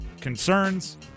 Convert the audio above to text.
Concerns